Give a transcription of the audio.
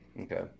Okay